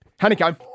Honeycomb